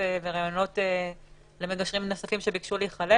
וראיונות למגשרים נוספים שביקשו להיכלל.